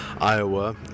Iowa